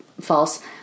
false